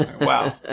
Wow